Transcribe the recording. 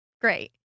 Great